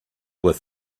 were